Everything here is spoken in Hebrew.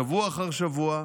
שבוע אחר שבוע,